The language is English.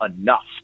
enough